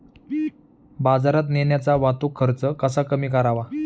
बाजारात नेण्याचा वाहतूक खर्च कसा कमी करावा?